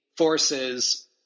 Forces